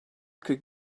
could